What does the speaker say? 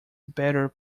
better